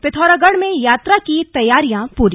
पिथौरागढ़ में यात्रा की तैयारियां पूरी